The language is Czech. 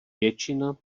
většina